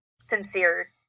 sincere